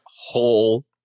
whole